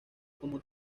como